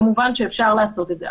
כמובן שאפשר לעשות את זה.